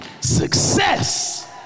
success